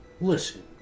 listen